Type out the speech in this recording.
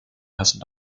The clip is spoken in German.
hessen